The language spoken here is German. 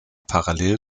parallel